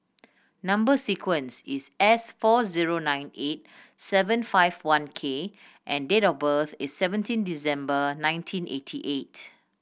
number sequence is S four zero nine eight seven five one K and date of birth is seventeen December nineteen eighty eight